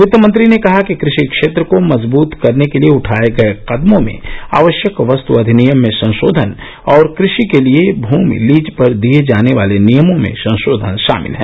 वित्तमंत्री ने कहा कि कृषि क्षेत्र को मजबूत करने के लिए उठाये गये कदमों में आवश्यक वस्तु अधिनियम में संशोधन और कृषि के लिए भूमि लीज पर दिये जाने वाले नियमों में संशोधन शामिल हैं